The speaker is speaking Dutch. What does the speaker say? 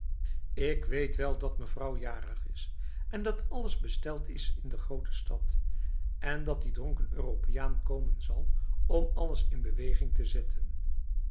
ik weet wel dat mevrouw jarig is en dat alles besteld is in de grote stad en dat die dronken europeaan komen zal om alles in beweging te zetten